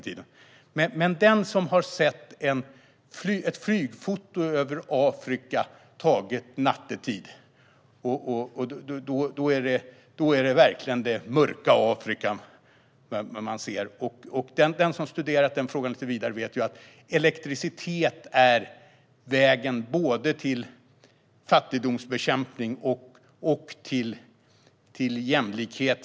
Men den som har sett ett flygfoto över Afrika som är taget nattetid ser verkligen ett mörkt Afrika. Vi vet att elektricitet är vägen till både fattigdomsbekämpning och jämlikhet.